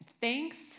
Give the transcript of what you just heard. Thanks